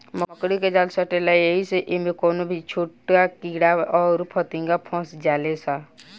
मकड़ी के जाल सटेला ऐही से इमे कवनो भी छोट कीड़ा अउर फतीनगा फस जाले सा